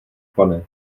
pane